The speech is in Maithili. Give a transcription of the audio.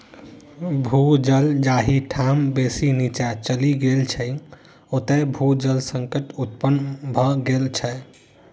भू जल जाहि ठाम बेसी नीचाँ चलि गेल छै, ओतय भू जल संकट उत्पन्न भ गेल छै